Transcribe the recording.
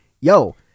yo